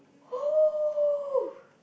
!whoo!